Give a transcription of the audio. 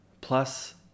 plus